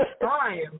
time